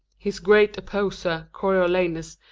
his great opposer, coriolanus,